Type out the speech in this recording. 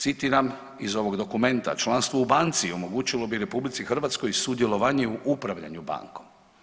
Citiram iz ovog dokumenta, članstvo u banci omogućilo bi RH sudjelovanje u upravljanju bankom.